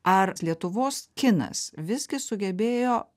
ar lietuvos kinas visgi sugebėjo